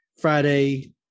friday